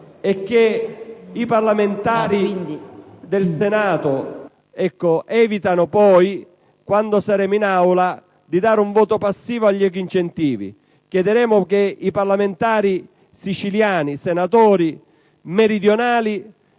che i parlamentari del Senato evitino poi, quando saremo in Aula, di dare un voto passivo agli ecoincentivi. Noi chiederemo che i parlamentari siciliani e i senatori meridionali,